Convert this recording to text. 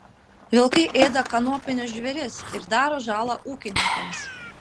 vilkai ėda kanopinius žvėris ir daro žalą ūkininkams